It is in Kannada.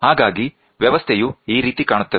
ಹಾಗಾಗಿ ವ್ಯವಸ್ಥೆಯು ಈ ರೀತಿ ಕಾಣುತ್ತದೆ